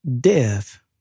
Death